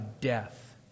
death